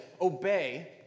obey